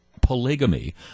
polygamy